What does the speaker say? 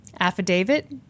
Affidavit